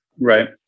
right